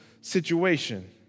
situation